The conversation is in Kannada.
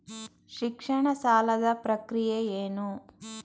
ಶಿಕ್ಷಣ ಸಾಲದ ಪ್ರಕ್ರಿಯೆ ಏನು?